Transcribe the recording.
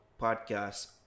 podcast